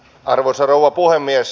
arvoisa rouva puhemies